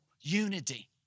unity